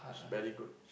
it's very good